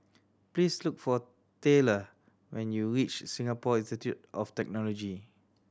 please look for Tayla when you reach Singapore Institute of Technology